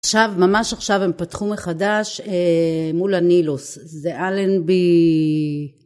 עכשיו, ממש עכשיו, הם פתחו מחדש מול הנילוס זה אלנבי